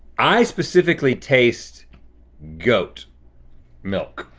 i specifically taste goat milk.